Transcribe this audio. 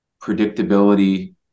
predictability